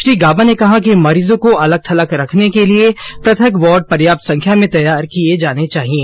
श्री गाबा ने कहा कि मरीजों को अलग थलग रखने के लिए प्रथक वार्ड पर्याप्त संख्या में तैयार किए जाने चाहिएं